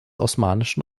osmanischen